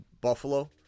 Buffalo